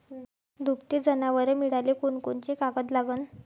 दुभते जनावरं मिळाले कोनकोनचे कागद लागन?